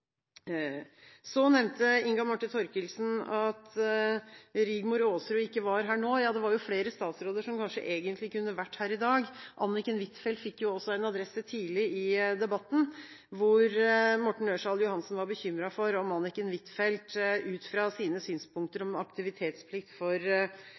Inga Marte Thorkildsen nevnte at Rigmor Aasrud ikke er her. Ja, det er flere statsråder som kanskje burde vært her i dag. Anniken Huitfeldt ble også adressert tidlig i debatten: Morten Ørsal Johansen var bekymret for om Anniken Huitfeldt ut fra sine synspunkter